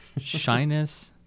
Shyness